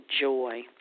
joy